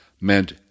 meant